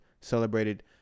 celebrated